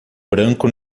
branco